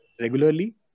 regularly